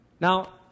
Now